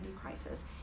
crisis